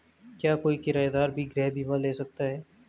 क्या कोई किराएदार भी गृह बीमा ले सकता है?